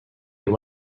you